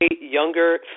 younger